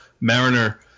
Mariner